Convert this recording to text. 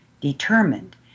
determined